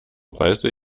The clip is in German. reiße